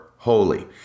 holy